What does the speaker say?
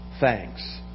thanks